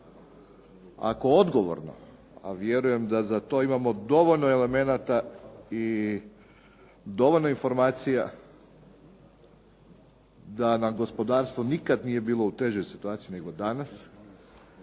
Ako odgovorno, a vjerujem da za to imamo dovoljno elemenata i dovoljno informacija da nam gospodarstvo nije nikada bilo u težoj situaciji nego danas,